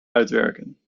uitwerken